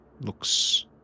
Looks